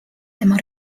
tema